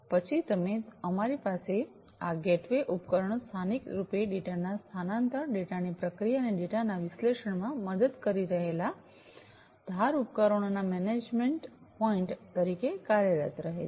પછી તમે અમારી પાસે આ ગેટવે ઉપકરણો સ્થાનિક રૂપે ડેટાના સ્થાનાંતરણ ડેટાની પ્રક્રિયા અને ડેટાના વિશ્લેષણમાં મદદ કરી રહેલા ધાર ઉપકરણોના મેનેજમેન્ટ પોઇન્ટ તરીકે કાર્યરત રહે છે